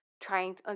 trying